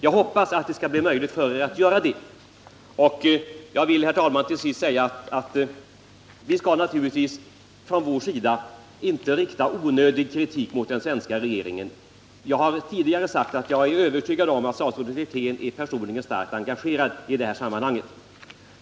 Jag hoppas att det skall bli möjligt för er att göra det. Jag vill, herr talman, till sist säga att vi skall naturligtvis inte från vår sida rikta onödig kritik mot den svenska regeringen. Jag har tidigare sagt att jag är övertygad om att statsrådet Wirtén är personligen starkt engagerad i det här sammanhanget.